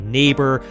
neighbor